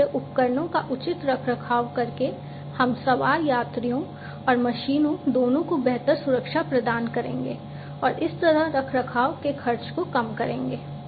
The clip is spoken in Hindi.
इसलिए उपकरणों का उचित रखरखाव करके हम सवार यात्रियों और मशीनों दोनों को बेहतर सुरक्षा प्रदान करेंगे और इस तरह रखरखाव के खर्च को कम करेंगे